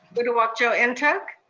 uduak-joe and ntuk.